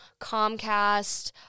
Comcast